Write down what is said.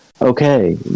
Okay